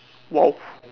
!wow!